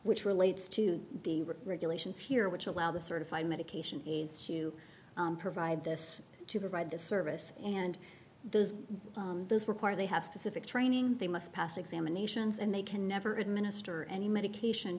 which relates to the regulations here which allow the certified medication aides to provide this to provide this service and those those require they have specific training they must pass examinations and they can never administer any medication